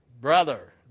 brother